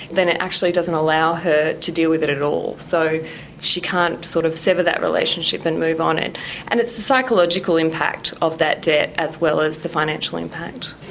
then it actually doesn't allow her to deal with it at all. so she can't sort of sever that relationship and move on. and it's the psychological impact of that debt as well as the financial impact.